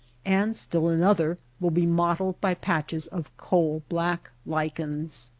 and still another will be mottled by patches of coal-black lichens.